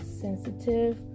sensitive